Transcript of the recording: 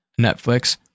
Netflix